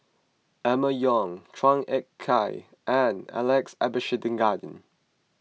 Emma Yong Chua Ek Kay and Alex Abisheganaden